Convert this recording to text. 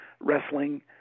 wrestling